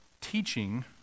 teaching